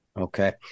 Okay